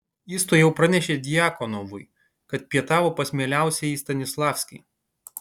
jis tuojau pranešė djakonovui kad pietavo pas mieliausiąjį stanislavskį